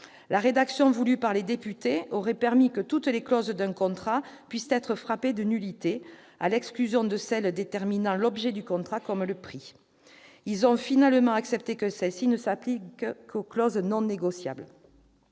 La rédaction voulue par les députés aurait permis que toutes les clauses d'un contrat puissent être frappées de nullité, à l'exclusion de celles qui déterminent l'objet du contrat, comme le prix. Ils ont finalement accepté que cette disposition ne s'applique qu'aux clauses non négociables.